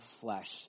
flesh